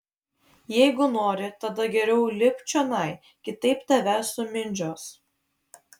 jeigu nori tada geriau lipk čionai kitaip tave sumindžios